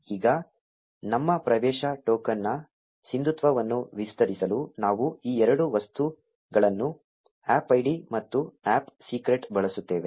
ಈಗ ನಮ್ಮ ಪ್ರವೇಶ ಟೋಕನ್ನ ಸಿಂಧುತ್ವವನ್ನು ವಿಸ್ತರಿಸಲು ನಾವು ಈ ಎರಡು ವಸ್ತುಗಳನ್ನು ಆಪ್ ಐಡಿ ಮತ್ತು ಆಪ್ ಸೀಕ್ರೆಟ್ ಬಳಸುತ್ತೇವೆ